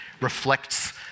reflects